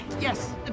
yes